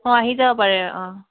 অঁ আহি যাব পাৰে অঁ